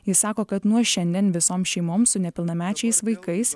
jis sako kad nuo šiandien visoms šeimoms su nepilnamečiais vaikais